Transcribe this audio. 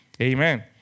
Amen